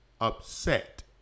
upset